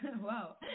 wow